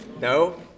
No